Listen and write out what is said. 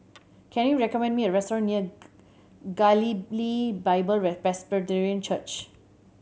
can you recommend me a restaurant near Galilee Bible Presbyterian Church